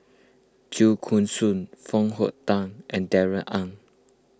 Chua Koon Siong Foo Hong Tatt and Darrell Ang